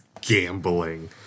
gambling